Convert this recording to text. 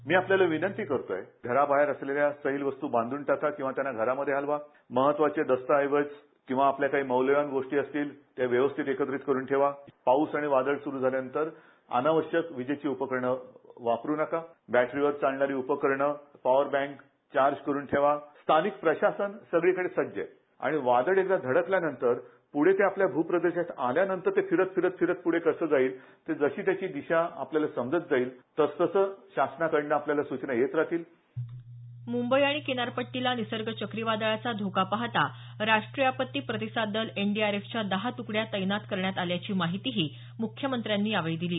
मी आपल्याला विनंती करतोय घराबाहेर असलेल्या सैल वस्तू बांधून टाका किंवा त्यांना घरामध्ये हलवा दस्तऐवज किंवा आपल्या काही मौल्यवान गोष्टी असतील त्या व्यवस्थित एकत्र करून ठेवा पाऊस आणि वादळ सुरू झाल्यानंतर अनावश्यक विजेची उपकरणे वापरून नका बॅटरीवर चालणारी उपकरणं पॉवर बँक चार्ज करुन ठेवा स्थानिक प्रशासन सगळीकडे सज्ज आहे आणि वादळ एकदा धडकल्यानंतर पुढे आपल्या भूप्रदेशात आल्यानंतर फिरत फिरत कसा जाईल दिशा आपल्याला समजत जाईल तसं तसं शासनाकडे आपल्याला सुचना येत राहतील मुंबई आणि किनारपट्टीला निसर्ग चक्रीवादळाचा धोका पाहता राष्टीय आपत्ती प्रतिसाद दल एनडीआरएफच्या दहा तुकड्या तैनात करण्यात आल्याची माहितीही मुख्यमंत्र्यांनी दिली